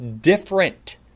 different